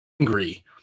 angry